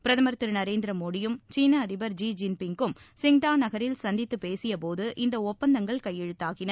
பிரதமர் திரு நரேந்திரமோடியும் சீன அதிபர் ஜீ ஜின் பிங்கும் சிங்டா நகரில் சந்தித்து பேசியபோது இந்த ஒப்பந்தங்கள் கையெழுத்தாகின